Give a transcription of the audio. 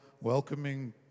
welcoming